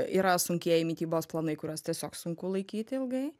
yra sunkieji mitybos planai kuriuos tiesiog sunku laikyti ilgai